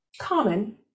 common